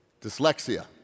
dyslexia